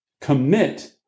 commit